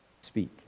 Speak